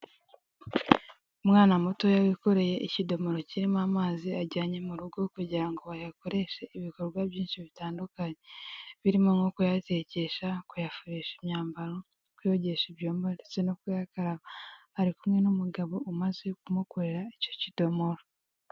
Umwana mutoya yikoreye ikidomoro kirimo amazi ajyanye mu rugo kugira ngo bayakoreshe ibikorwa byinshi bitandukanye, birimo nko kuyatekesha, kuyafuresha imyambaro, kuyogesha ibyombo ndetse no kuyakaraba. Ari kumwe n'umugabo umaze kumukorera icyo kidomoro.